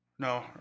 No